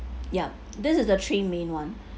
yup this is the three main one